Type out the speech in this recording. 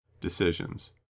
Decisions